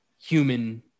human